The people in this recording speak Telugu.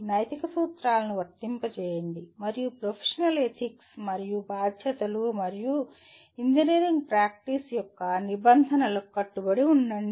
నైతిక సూత్రాలను వర్తింపజేయండి మరియు ప్రొఫెషనల్ ఎథిక్స్ మరియు బాధ్యతలు మరియు ఇంజనీరింగ్ ప్రాక్టీస్ యొక్క నిబంధనలకు కట్టుబడి ఉండండి